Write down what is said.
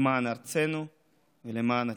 למען ארצנו ולמען עתידנו.